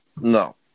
No